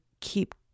keep